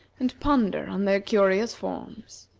and ponder on their curious forms.